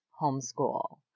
homeschool